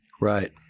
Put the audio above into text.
Right